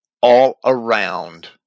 all-around